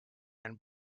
and